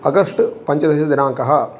अगश्ट् पञ्चदशदिनाङ्कः